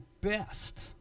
best